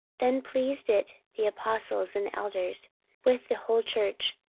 then pleased it the apostles and elders with the whole church,